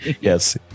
Yes